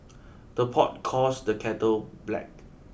the pot calls the kettle black